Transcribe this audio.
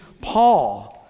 Paul